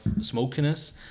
smokiness